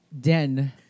den